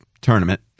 tournament